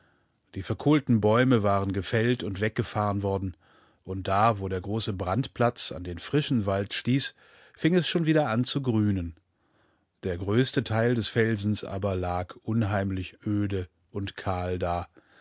zurückgelassen hattevorungefährzehnjahreneinwaldbrandgewütet dieverkohltenbäume waren gefällt und weggefahren worden und da wo der große brandplatz an den frischen wald stieß fing es schon wieder an zu grünen der größte teil des felsens aber lag unheimlich öde und kahl da